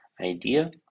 idea